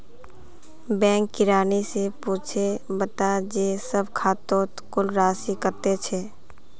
bank किरानी स पूछे बता जे सब खातौत कुल राशि कत्ते छ